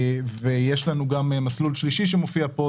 יש לנו גם מסלול שלישי שמופיע פה,